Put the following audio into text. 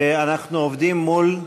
אנחנו עובדים מול,